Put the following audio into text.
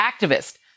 activist